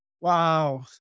Wow